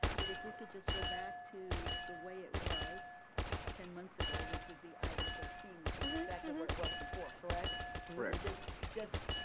but if we could just go back to the way it was ten months ago which would be item thirteen, which is exactly what it was before, correct? just just